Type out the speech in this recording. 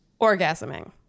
Orgasming